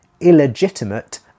illegitimate